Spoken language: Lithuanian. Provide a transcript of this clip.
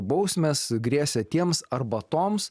bausmės grėsė tiems arba toms